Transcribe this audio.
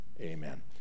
Amen